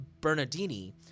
bernardini